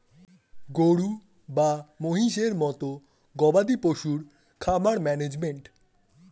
গরু এবং মহিষের মতো গবাদি পশুর খামার ম্যানেজমেন্ট